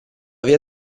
via